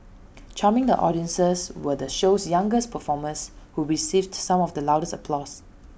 charming the audiences were the show's youngest performers who received some of the loudest applause